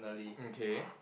um K